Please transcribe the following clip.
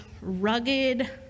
rugged